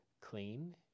clean